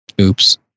Oops